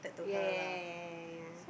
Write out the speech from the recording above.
yeah yeah yeah yeah yeah yeah